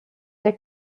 der